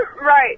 right